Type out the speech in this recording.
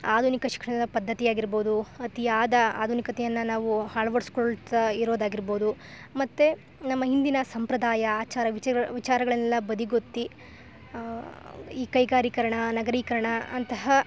ಆದುನಿಕ ಶಿಕ್ಷಣದ ಪದ್ಧತಿಯಾಗಿರ್ಬೌದು ಅತಿಯಾದ ಆದುನಿಕತೆಯನ್ನ ನಾವು ಹಳವಡ್ಸ್ಕೊಳ್ತಾ ಇರೋದಾಗಿರ್ಬೌದು ಮತ್ತೆ ನಮ್ಮ ಹಿಂದಿನ ಸಂಪ್ರದಾಯ ಆಚಾರ ವಿಚ ವಿಚಾರಗಳೆಲ್ಲ ಬದಿಗೊತ್ತಿ ಈ ಕೈಗಾರೀಕರಣ ನಗರೀಕರಣ ಅಂತಹ